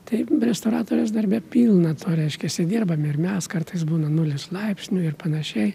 taip restauratoriaus darbe pilna to reiškiasi dirbam ir mes kartais būna nulis laipsnių ir panašiai